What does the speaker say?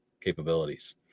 capabilities